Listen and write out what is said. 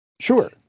Sure